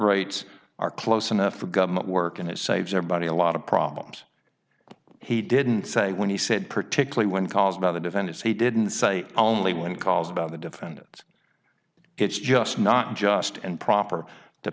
rates are close enough for government work and it saves everybody a lot of problems he didn't say when he said particularly when caused by the defendants he didn't say only one calls about the defendants it's just not just and proper to